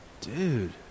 Dude